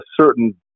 certain